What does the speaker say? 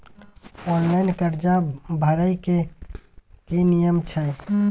Online कर्जा भरै के की नियम छै?